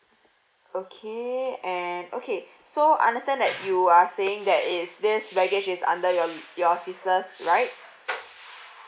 okay and okay so understand that you are saying that if this baggage is under your your sister's right